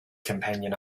companion